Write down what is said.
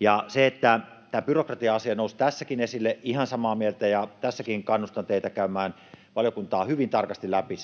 Ja kun tämä byrokratia-asia nousi tässäkin esille — ihan samaa mieltä. Tässäkin kannustan teitä, valiokuntaa, käymään hyvin tarkasti läpi,